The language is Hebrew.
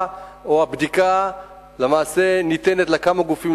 או הבדיקה למעשה ניתנת לכמה גופים.